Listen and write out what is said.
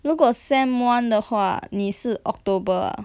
如果 sem one 的话你是 october